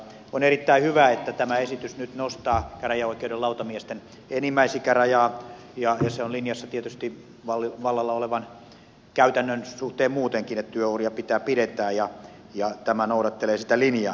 on erittäin hyvä että tämä esitys nyt nostaa käräjäoikeuden lautamiesten enimmäisikärajaa ja se on linjassa tietysti vallalla olevan käytännön suhteen muutenkin että työuria pitää pidentää ja tämä noudattelee sitä linjaa